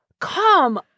come